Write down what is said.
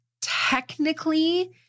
technically